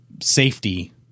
safety